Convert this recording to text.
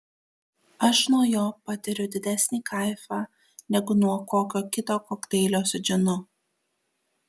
aš nuo jo patiriu didesnį kaifą negu nuo kokio kito kokteilio su džinu